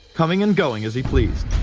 coming and going as he pleased.